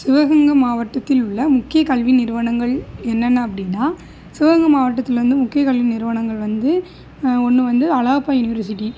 சிவகங்கை மாவட்டத்தில் உள்ள முக்கிய கல்வி நிறுவனங்கள் என்னென்ன அப்படின்னா சிவகங்கை மாவட்டத்தில் வந்து முக்கிய கல்வி நிறுவனங்கள் வந்து ஒன்று வந்து அழகப்பா யுனிவர்சிட்டி